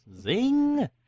Zing